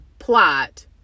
plot